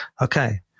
okay